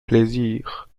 plaisirs